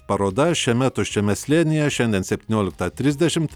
paroda šiame tuščiame slėnyje šiandien septynioliktą trisdešimt